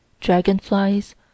dragonflies